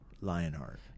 Lionheart